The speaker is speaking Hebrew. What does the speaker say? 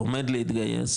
או עומד להתגייס,